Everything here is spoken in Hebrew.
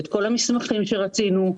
את כל המסמכים שרצינו,